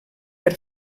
per